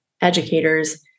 educators